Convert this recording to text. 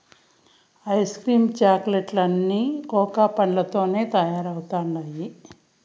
ice cream chocolate లన్నీ cocoa పండ్లతోనే తయారైతండాయి